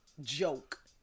joke